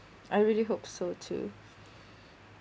I really hope so too